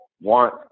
want